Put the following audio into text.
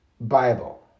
Bible